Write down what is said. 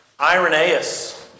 Irenaeus